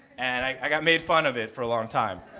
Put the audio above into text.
and i got made fun of it for a long time.